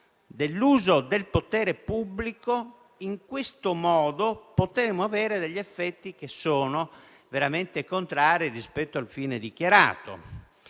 dell'uso del potere pubblico, potremmo avere degli effetti che sono veramente contrari rispetto al fine dichiarato.